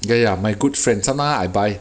ya ya my good friend sometimes I buy